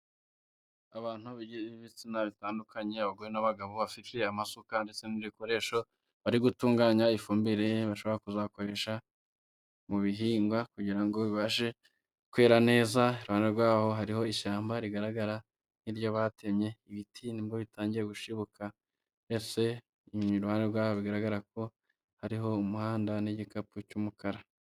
Abantu b'ibitsina bitandukanye, abagore n'abagabo bafi amasuka ndetse n'ibikoresho, bari gutunganya ifumbire bashobora kuzakoresha mu bihingwa, kugira ngo bibashe kwera neza. Iruhande rwaho hariho ishyamba rigaragara nk'iyo batemye. Ibiti nibwo bitangiye gushibuka, ndetse iruhande rwaho bigaragara ko hariho umuhanda n'igikapu cy'umukara.